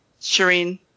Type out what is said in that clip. Shireen